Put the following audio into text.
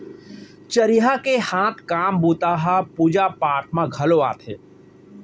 चरिहा के हाथ काम बूता ह पूजा पाठ म घलौ आथे